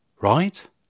right